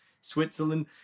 Switzerland